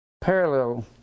parallel